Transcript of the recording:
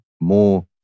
more